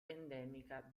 endemica